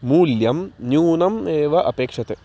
मूल्यं न्यूनम् एव अपेक्षते